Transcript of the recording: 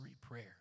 prayer